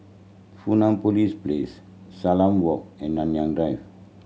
Fusionopolis Place Salam Walk and Nanyang Drive